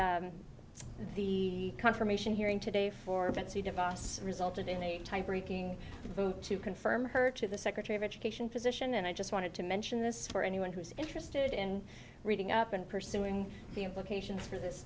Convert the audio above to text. that the confirmation hearing today for betsy device resulted in a tie breaking vote to confirm her to the secretary of education position and i just wanted to mention this for anyone who's interested in reading up and pursuing the implications for this